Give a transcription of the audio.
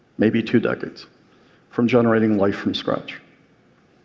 maybe two decades from generating life from scratch